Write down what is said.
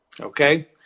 Okay